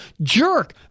jerk